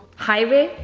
highway,